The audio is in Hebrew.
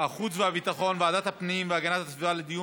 החוץ והביטחון וועדת הפנים והגנת הסביבה לדיון